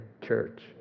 church